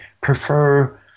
prefer